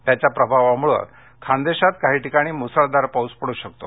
त्याच्या प्रभावामुळे खान्देशात काही ठिकाणी मुसळधार पाऊस पडू शकतो